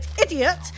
idiot